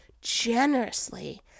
generously